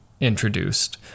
introduced